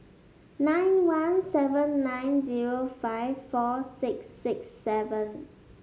nine one seven nine zero five four six six seven